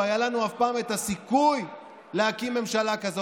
לא היה לנו אף פעם הסיכוי להקים ממשלה כזאת,